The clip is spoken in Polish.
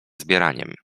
zbieraniem